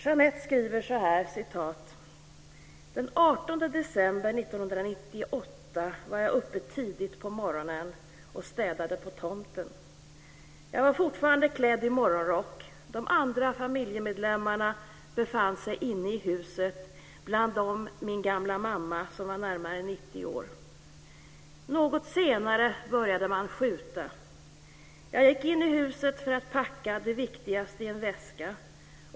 Jeanette skriver: "Den 18 december 1998 var jag uppe tidigt på morgonen och städade på tomten. Jag var fortfarande klädd i morgonrock. De andra familjemedlemmarna befann sig inne i huset, bland dem min gamla mamma som var närmare 90 år. Något senare började man att skjuta. Jag gick in i huset för att packa det viktigaste i en väska.